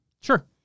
Sure